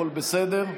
הכול בסדר?